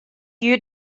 you